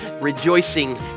rejoicing